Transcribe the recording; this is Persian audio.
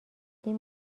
این